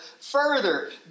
further